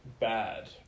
bad